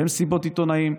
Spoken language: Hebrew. במסיבות עיתונאים,